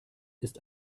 ist